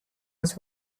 his